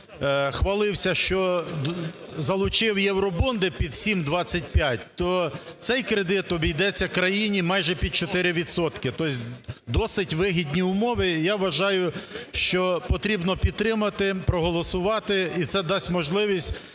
хвалився, що залучив євробонди під 7,25, то це цей кредит обійдеться країні майже під 4 відсотки, тобто досить вигідні умови. І я вважаю, що потрібно підтримати, проголосувати і це дасть можливість